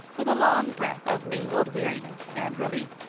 with a long breath of mingled weariness and relief.